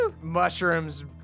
Mushrooms